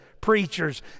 preachers